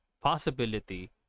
possibility